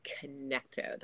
connected